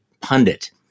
pundit